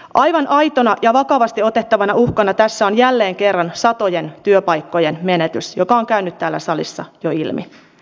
aivan aitona ja vakavasti otettavana uhkana tässä on jälleen kerran satojen työpaikkojen menetys joka on käynyt täällä salissa jo ilmi